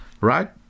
right